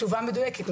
תשובה מדויקת.